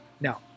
Now